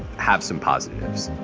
have some positives